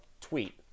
tweet